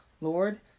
Lord